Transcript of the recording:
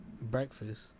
breakfast